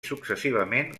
successivament